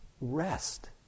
rest